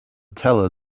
teller